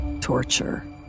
torture